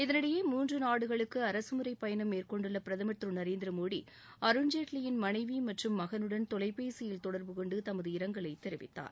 இதனிடையே மூன்று நாடுகளுக்கு சுற்றுப்பயணம் மேற்கொண்டுள்ள பிரதமர் திரு நரேந்திர மோடி அருண்ஜேட்லியின் மனைவி மற்றும் மகனுடன் தொலைபேசியில் தொடர்பு கொண்டு தமது இரங்கலைத் தெரிவித்தார்